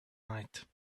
night